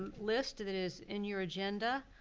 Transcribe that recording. list if it is in your agenda.